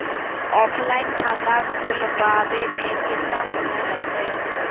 Offline खाता खुलबाबे में केतना समय लगतई?